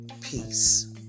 peace